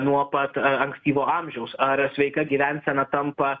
nuo pat a ankstyvo amžiaus ar sveika gyvensena tampa